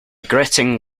gritting